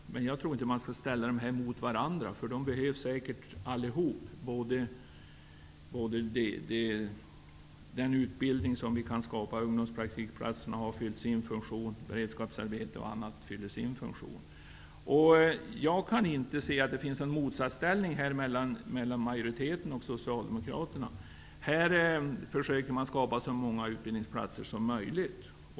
Men jag tror inte att man skall ställa dem mot varandra, säkert behövs alla åtgärderna. Den utbildning som vi kan skapa fyller sin funktion. Ungdomspraktikplatser, beredskapsarbete och annat fyller sina funktioner. Jag ser ingen motsatsställning däri mellan majoriteten och Socialdemokraterna. Här försöker man skapa så många utbildningsplatser som möjligt.